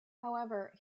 however